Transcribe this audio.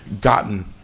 gotten